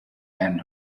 ann